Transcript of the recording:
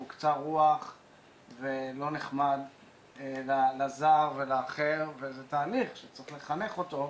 קצר רוח ולא נחמד לזר ולאחר וזה תהליך שצריך לחנך אותו,